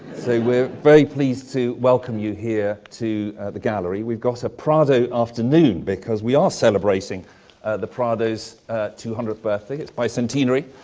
so we're very pleased to welcome you here to the gallery. we've got a prado afternoon because we are celebrating the prado's two hundredth birthday, its bicentenary,